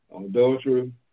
adultery